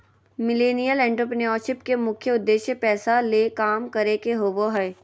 millennial entrepreneurship के मुख्य उद्देश्य पैसा ले काम करे के होबो हय